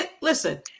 listen